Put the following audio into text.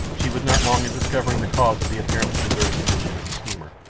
she was not long in discovering the cause of the apparently deserted condition of the steamer,